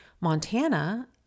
Montana